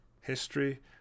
history